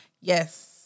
Yes